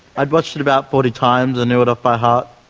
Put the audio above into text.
i'd watched it about forty times. i knew it off by heart.